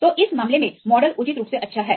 तो इस मामले में मॉडल उचित रूप से अच्छा है